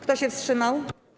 Kto się wstrzymał?